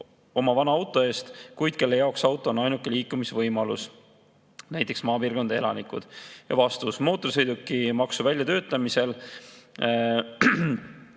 oma vana auto eest, kuid kelle jaoks auto on ainuke liikumisvõimalus (näiteks maapiirkondade elanikele)?" Vastus. Mootorsõidukimaksu väljatöötamisel